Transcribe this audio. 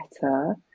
better